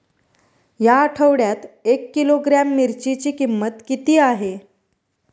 या आठवड्यात एक किलोग्रॅम मिरचीची किंमत किती आहे?